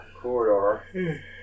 corridor